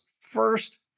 first